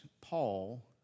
Paul